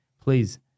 please